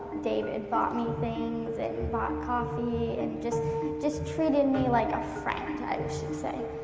david bought me things and bought coffee and just just treated me like a friend, i should say,